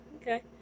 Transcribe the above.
Okay